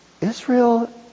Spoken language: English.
Israel